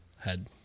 head